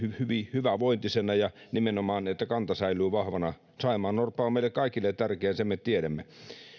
hyvävointisena nimenomaan niin että kanta säilyy vahvana saimaannorppa on meille kaikille tärkeä sen me tiedämme